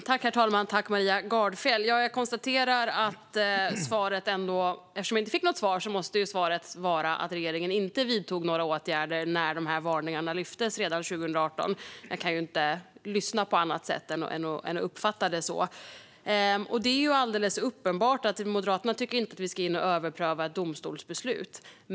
Herr talman! Eftersom jag inte fick något svar kan jag konstatera att svaret måste vara att regeringen inte vidtog några åtgärder när dessa varningar lyftes redan 2018. Jag kan inte uppfatta det på något annat sätt. Det är alldeles uppenbart att Moderaterna inte tycker att vi ska gå in och överpröva ett domstolsbeslut.